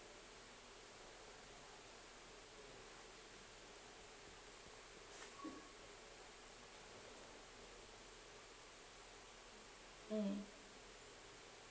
mm